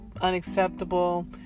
unacceptable